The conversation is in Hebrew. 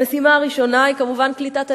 המשימה הראשונה היא כמובן קליטת עלייה,